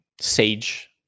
Sage